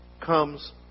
comes